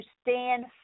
stand